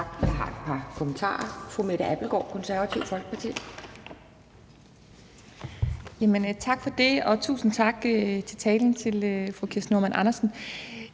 Tak for det, og tusind tak til fru Kirsten Normann Andersen